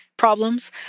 problems